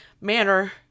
manner